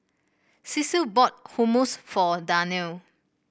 Cecil bought Hummus for Darnell